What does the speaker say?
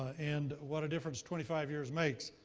and what a difference twenty five years makes.